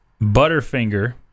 Butterfinger